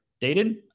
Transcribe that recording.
dated